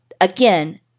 again